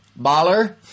Baller